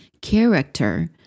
Character